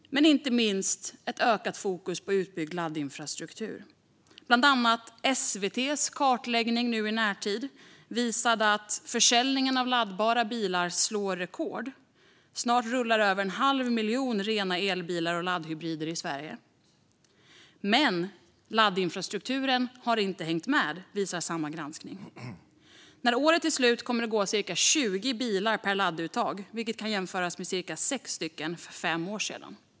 Men inte minst krävs ökat fokus på utbyggd laddinfrastruktur. En kartläggning som SVT gjort i närtid visar att försäljningen av laddbara bilar slår rekord. Snart rullar över en halv miljon rena elbilar och laddhybrider i Sverige. Men laddinfrastrukturen har inte hängt med, visar samma granskning. När året är slut kommer det att gå cirka 20 bilar per ladduttag, vilket kan jämföras med cirka 6 stycken för fem år sedan.